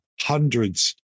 hundreds